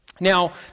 Now